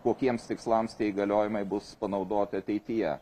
kokiems tikslams tie įgaliojimai bus panaudoti ateityje